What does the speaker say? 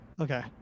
Okay